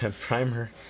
primer